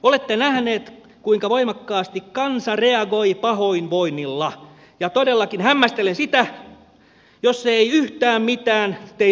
olette nähneet kuinka voimakkaasti kansa reagoi pahoinvoinnilla ja todellakin hämmästelen sitä jos se ei yhtään mitään teille merkitse